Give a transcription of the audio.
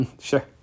Sure